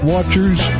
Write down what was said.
Watchers